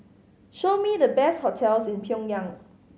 show me the best hotels in Pyongyang